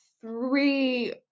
three